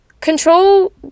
Control